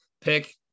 pick